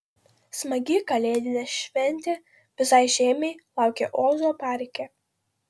smagi kalėdinė šventė visai šeimai laukia ozo parke